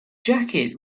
jacket